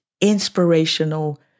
inspirational